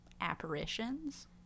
apparitions